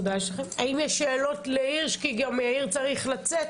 האם יש שאלות ליאיר הירש כי הוא צריך לצאת.